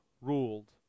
ruled